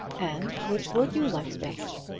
and which would you like best?